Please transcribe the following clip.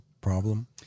problem